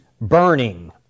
burning